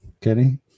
Kenny